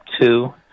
two